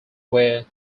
where